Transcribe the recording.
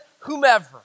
whomever